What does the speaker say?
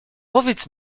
powiedz